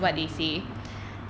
mm mm